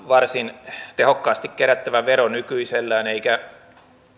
varsin tehokkaasti kerättävä vero nykyisellään eikä